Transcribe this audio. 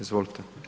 Izvolite.